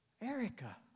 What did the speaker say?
Erica